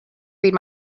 read